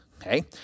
Okay